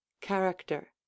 character